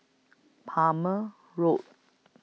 Palmer Road